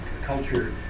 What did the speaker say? culture